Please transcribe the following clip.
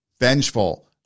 vengeful